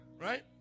Right